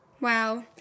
wow